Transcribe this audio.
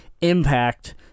Impact